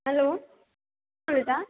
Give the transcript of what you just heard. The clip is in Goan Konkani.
हॅलो कोण उलयता